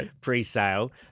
pre-sale